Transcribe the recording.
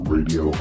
Radio